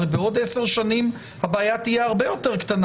הרי בעוד 10 שנים הבעיה תהיה הרבה יותר קטנה